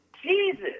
Jesus